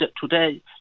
today